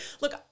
Look